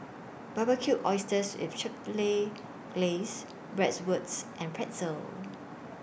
Barbecued Oysters with Chipotle Glaze Bratwurst and Pretzel